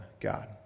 God